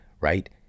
right